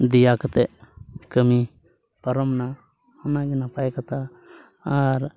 ᱫᱮᱭᱟ ᱠᱟᱛᱮ ᱠᱟᱹᱢᱤ ᱯᱟᱨᱚᱢᱮᱱᱟ ᱚᱱᱟᱜᱮ ᱱᱟᱯᱟᱭ ᱠᱟᱛᱷᱟ ᱟᱨ